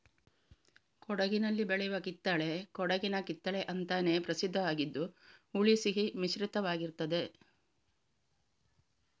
ಕೊಡಗಿನಲ್ಲಿ ಬೆಳೆಯುವ ಕಿತ್ತಳೆ ಕೊಡಗಿನ ಕಿತ್ತಳೆ ಅಂತಾನೇ ಪ್ರಸಿದ್ಧ ಆಗಿದ್ದು ಹುಳಿ ಸಿಹಿ ಮಿಶ್ರಿತವಾಗಿರ್ತದೆ